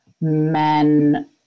men